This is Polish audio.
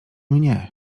mnie